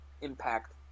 impact